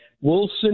Wilson